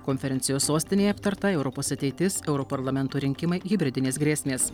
konferencijos sostinėje aptarta europos ateitis europarlamento rinkimai hibridinės grėsmės